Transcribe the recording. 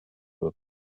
book